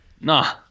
Nah